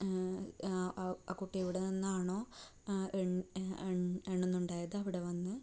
ആ കുട്ടി എവിടെ നിന്നാണോ എണ്ണുന്നുണ്ടായത് അവിടെ വന്ന്